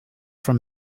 from